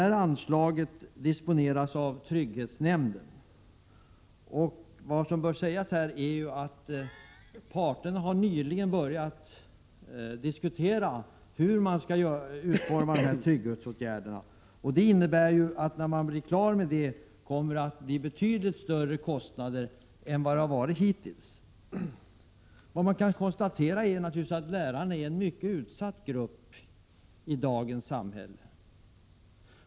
Detta anslag disponeras av trygghetsnämnden. Här bör sägas att parterna nyligen har börjat diskutera hur trygghetsåtgärderna skall utformas. Det innebär att när det blir klart kommer det att bli betydligt större kostnader än det har varit hittills. Jag vill konstatera att lärarna är en mycket utsatt grupp i dagens samhälle.